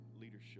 leadership